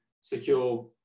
secure